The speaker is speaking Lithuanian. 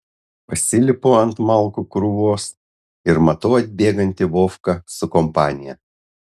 pasilipu ant malkų krūvos ir matau atbėgantį vovką su kompanija